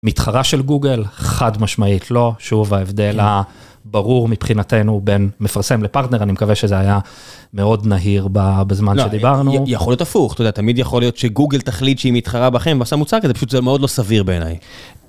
מתחרה של גוגל, חד משמעית לא. שוב, ההבדל הברור מבחינתנו בין מפרסם לפרטנר, אני מקווה שזה היה מאוד נהיר בזמן שדיברנו. יכול להיות הפוך, תמיד יכול להיות שגוגל תחליט שהיא מתחרה בכם, ועשה מוצר כזה, פשוט זה מאוד לא סביר בעיניי.